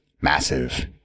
Massive